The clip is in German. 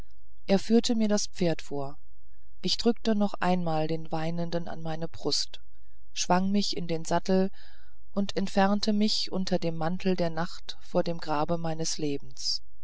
er führte mir das pferd vor ich drückte noch einmal den weinenden an meine brust schwang mich in den sattel und entfernte mich unter dem mantel der nacht von dem grabe meines lebens